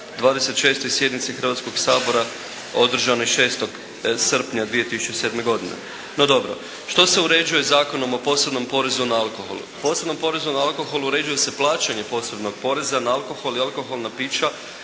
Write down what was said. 26. sjednici Hrvatskog sabora održanoj 6. srpnja 2007. godine. No, dobro. Što se uređuje Zakonom o posebnom porezu na alkohol? O posebnom porezu na alkohol uređuje se plaćanje posebnog poreza na alkohol i alkoholna pića